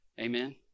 Amen